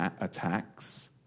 attacks